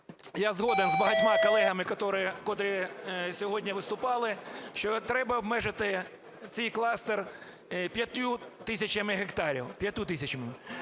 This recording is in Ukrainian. я згодний з багатьма колегами, котрі сьогодні виступали, що треба обмежити цей кластер 5 тисячами гектарів.